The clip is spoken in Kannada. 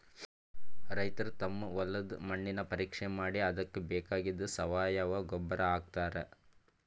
ರೈತರ್ ತಮ್ ಹೊಲದ್ದ್ ಮಣ್ಣಿನ್ ಪರೀಕ್ಷೆ ಮಾಡಿ ಅದಕ್ಕ್ ಬೇಕಾಗಿದ್ದ್ ಸಾವಯವ ಗೊಬ್ಬರ್ ಹಾಕ್ತಾರ್